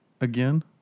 again